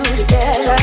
together